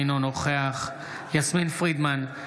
אינו נוכח יסמין פרידמן,